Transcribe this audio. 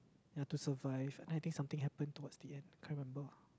ya to survive and I think something happened towards the end I can't remember